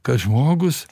kad žmogus